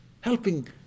Helping